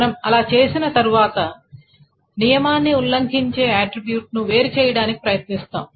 మనము అలా చేసిన తర్వాత నియమాన్ని ఉల్లంఘించే ఆట్రిబ్యూట్ ను వేరుచేయడానికి ప్రయత్నిస్తాము